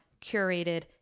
curated